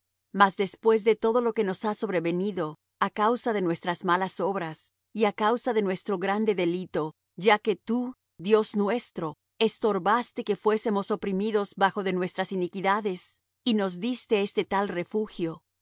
mas después de todo lo que nos ha sobrevenido á causa de nuestras malas obras y á causa de nuestro grande delito ya que tú dios nuestro estorbaste que fuésemos oprimidos bajo de nuestras iniquidades y nos diste este tal efugio